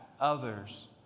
others